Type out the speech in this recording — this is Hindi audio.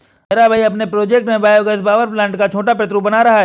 मेरा भाई अपने प्रोजेक्ट में बायो गैस पावर प्लांट का छोटा प्रतिरूप बना रहा है